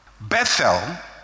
Bethel